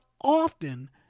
often